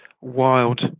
wild